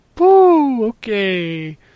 Okay